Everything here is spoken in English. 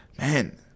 man